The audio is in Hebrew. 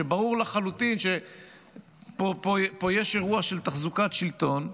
וברור לחלוטין שפה יש אירוע של תחזוקת שלטון,